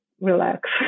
relax